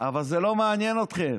אבל זה לא מעניין אתכם.